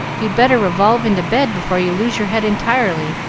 you'd better revolve into bed before you lose your head entirely.